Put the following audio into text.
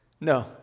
No